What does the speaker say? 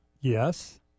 Yes